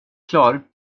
klar